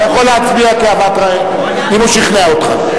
אתה יכול להצביע כאוות, אם הוא שכנע אותך.